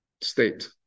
state